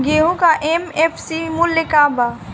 गेहू का एम.एफ.सी मूल्य का बा?